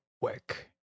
work